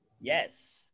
Yes